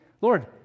Lord